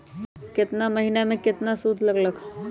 केतना महीना में कितना शुध लग लक ह?